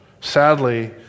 Sadly